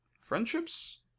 friendships